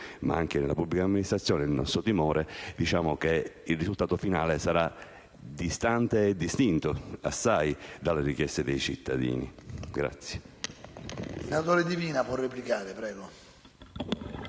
ma anche nella pubblica amministrazione, il nostro timore è che il risultato finale sarà assai distante e distinto dalle richieste dei cittadini.